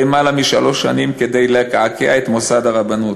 משלוש שנים כדי לקעקע את מוסד הרבנות.